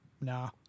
nah